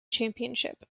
championship